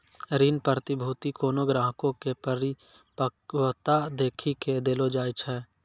ऋण प्रतिभूती कोनो ग्राहको के परिपक्वता देखी के देलो जाय छै